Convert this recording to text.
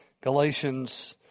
Galatians